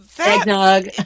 eggnog